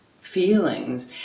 feelings